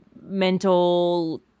mental